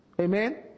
amen